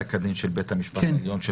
פסק הדין של בית המשפט העליון,